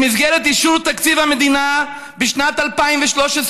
במסגרת אישור תקציב המדינה בשנת 2013,